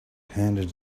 handed